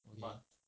okay